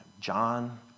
John